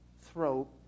throat